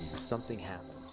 something happened.